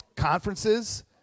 conferences